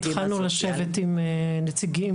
התחלנו לשבת עם נציגים,